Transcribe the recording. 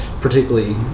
particularly